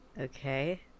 Okay